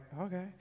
okay